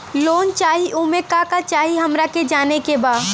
Loan चाही उमे का का चाही हमरा के जाने के बा?